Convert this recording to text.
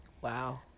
Wow